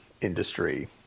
industry